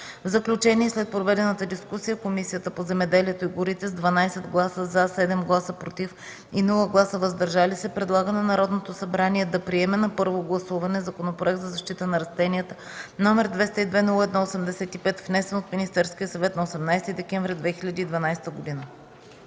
В заключение и след проведената дискусия Комисията по земеделието и горите с 12 гласа „за”, 7 гласа „против” и без „въздържали се” предлага на Народното събрание да приеме на първо гласуване Законопроект за защита на растенията, № 202 01 85, внесен от Министерския съвет на 18 декември 2012 г.”